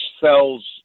sells